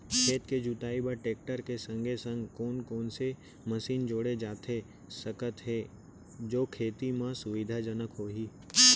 खेत के जुताई बर टेकटर के संगे संग कोन कोन से मशीन जोड़ा जाथे सकत हे जो खेती म सुविधाजनक होही?